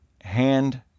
hand